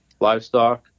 livestock